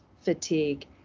fatigue